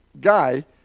guy